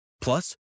Plus